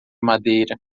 madeira